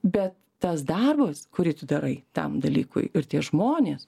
bet tas darbas kurį tu darai tam dalykui ir tie žmonės